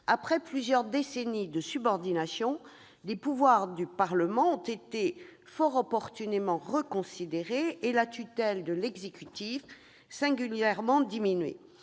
Après plusieurs décennies de subordination, les pouvoirs du Parlement ont été fort opportunément reconsidérés et la tutelle de l'exécutif singulièrement diminuée.